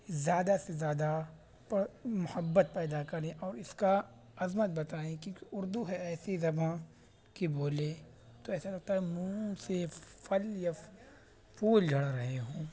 زیادہ سے زیادہ محبت پیدا کریں اور اس کا عظمت بتائیں کہ اردو ہے ایسی زباں کے بولے تو ایسا لگتا ہے منھ سے پھل یا پھول جھڑ رہے ہوں